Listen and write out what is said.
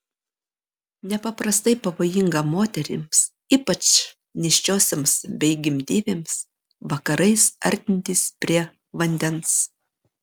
nepaprastai pavojinga moterims ypač nėščiosioms bei gimdyvėms vakarais artintis prie vandens